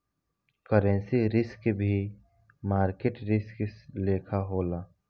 currency risk भी market risk लेखा होला